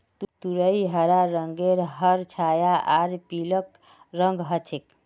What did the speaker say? तुरई हरा रंगेर हर छाया आर पीलक रंगत ह छेक